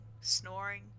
snoring